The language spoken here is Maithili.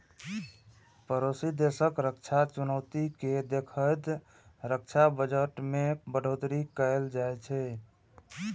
पड़ोसी देशक रक्षा चुनौती कें देखैत रक्षा बजट मे बढ़ोतरी कैल जाइ छै